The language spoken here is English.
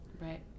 Right